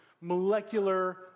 molecular